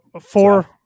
Four